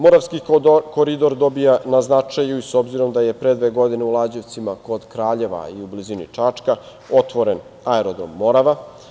Moravski koridor dobija na značaju s obzirom da je pre dve godine u Lađevcima kod Kraljeva i u blizini Čačka otvoren aerodrom „Morava“